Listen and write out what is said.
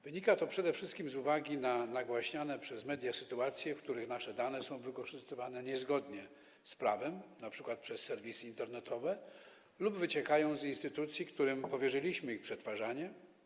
Wynika to przede wszystkim z nagłaśnianych przez media sytuacji, w których nasze dane są wykorzystywane niezgodnie z prawem, np. przez serwisy internetowe, lub wyciekają z instytucji, którym powierzyliśmy ich przetwarzanie.